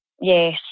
Yes